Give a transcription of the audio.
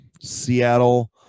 Seattle